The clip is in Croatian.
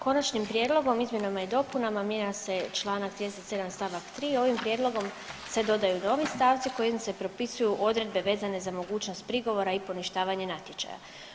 Konačnim prijedlogom o izmjenama i dopunama mijenja se čl. 37. st. 3. ovom prijedlogom se dodaju novi stavci kojim se propisuju odredbe vezane za mogućnost prigovora i poništavanje natječaja.